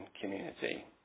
community